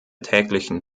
täglichen